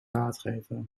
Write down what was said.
raadgever